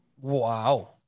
Wow